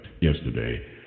yesterday